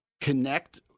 Connect